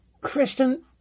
Kristen